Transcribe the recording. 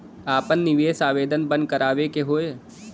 आपन निवेश आवेदन बन्द करावे के हौ?